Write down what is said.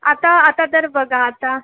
आता आता तर बघा आता